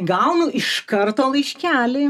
gaunu iš karto laiškelį